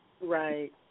Right